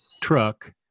truck